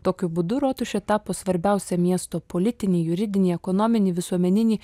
tokiu būdu rotušė tapo svarbiausia miesto politinį juridinį ekonominį visuomeninį